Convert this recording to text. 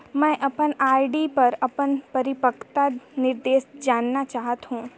मैं अपन आर.डी पर अपन परिपक्वता निर्देश जानना चाहत हों